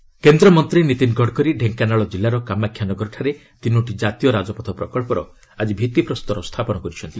ଗଡକରୀ ଓଡିଶା କେନ୍ଦ୍ରମନ୍ତ୍ରୀ ନିତିନ୍ ଗଡକରୀ ଢେଙ୍କାନାଳ ଜିଲ୍ଲାର କାମାକ୍ଷାନଗରଠାରେ ତିନୋଟି କାତୀୟ ରାଜପଥ ପ୍ରକହର ଆଜି ଭିଭିପ୍ରସ୍ତର ସ୍ଥାପନ କରିଛନ୍ତି